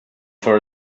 for